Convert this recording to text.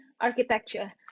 architecture